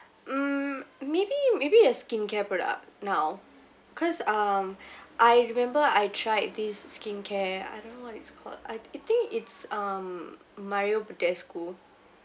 mm maybe maybe a skincare product now cause um I remember I tried this skincare I don't know what it's called I think it's um mario badescu